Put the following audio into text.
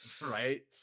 right